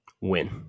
Win